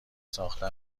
ساخته